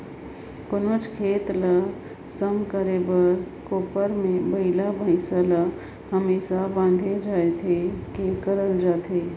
कोनोच खेत ल सम करे बर कोपर मे बइला भइसा ल हमेसा बाएध छाएद के करल जाथे